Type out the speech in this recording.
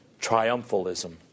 triumphalism